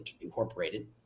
incorporated